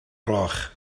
gloch